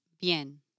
bien